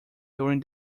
during